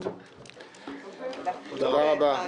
בעד,